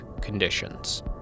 conditions